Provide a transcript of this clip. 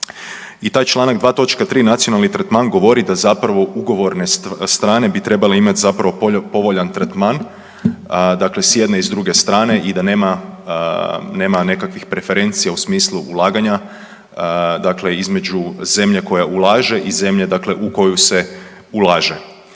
I taj Članak 2. točka 3. nacionalni tretman govori da zapravo ugovorne strane bi trebale imati zapravo povoljan tretman, dakle s jedne i druge strane i da nema, nema nekakvih preferencija u smislu ulaganja, dakle između zemlje koja ulaže i zemlje dakle u koju se ulaže.